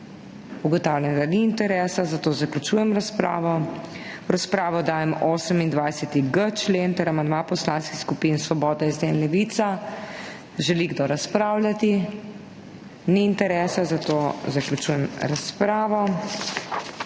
razpravljati? Ni interesa, zato zaključujem razpravo. V razpravo dajem 28.h člen ter amandma poslanskih skupin Svoboda, SD in Levica. Želi kdo razpravljati? Ni interesa. Zaključujem razpravo.